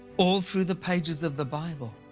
all through the pages of the bible,